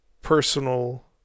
Personal